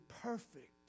perfect